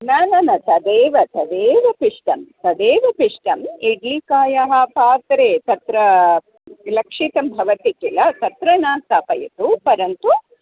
न न न तदेव तदेव पिष्टं तदेव पिष्टम् इड्लिकायाः पात्रे तत्र लक्षितं भवति किल तत्र न स्थापयतु परन्तु